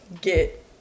get